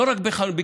לא רק בכסלו